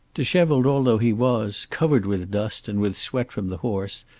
dishevelled although he was, covered with dust and with sweat from the horse,